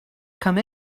come